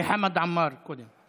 וחמד עמאר, קודם.